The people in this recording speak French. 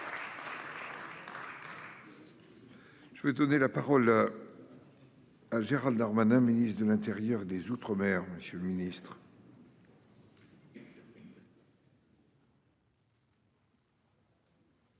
Je vais donner la parole.-- Gérald Darmanin, ministre de l'intérieur des Outre-mer. Monsieur le ministre.----